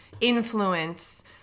influence